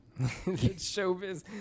Showbiz